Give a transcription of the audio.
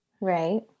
Right